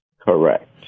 Correct